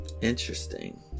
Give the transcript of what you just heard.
Interesting